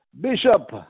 Bishop